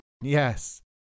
Yes